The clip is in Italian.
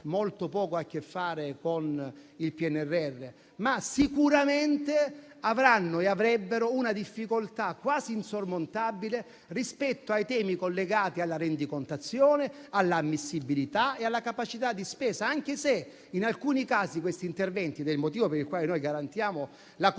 molto poco a che fare con il PNRR, ma sicuramente avranno e avrebbero una difficoltà quasi insormontabile rispetto ai temi collegati alla rendicontazione, all'ammissibilità e alla capacità di spesa, anche se in alcuni casi questi interventi - ed è il motivo per il quale noi garantiamo la copertura